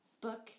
book